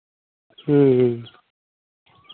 ᱦᱮᱸ ᱦᱮᱸ